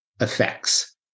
effects